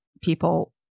people